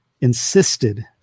insisted